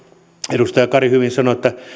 edustaja kari hyvin sanoi että